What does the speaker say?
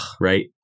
right